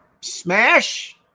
smash